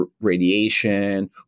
radiation